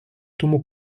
тому